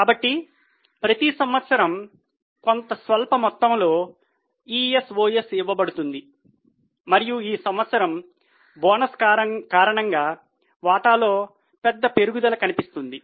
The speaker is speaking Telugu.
కాబట్టి ప్రతి సంవత్సరం కొంత స్వల్ప మొత్తంలో ESOS ఇవ్వబడుతుంది మరియు ఈ సంవత్సరం బోనస్ కారణంగా వాటాలో పెద్ద పెరుగుదల కనిపిస్తుంది